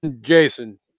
Jason